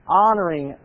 honoring